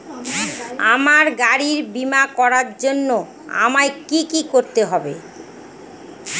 আমার গাড়ির বীমা করার জন্য আমায় কি কী করতে হবে?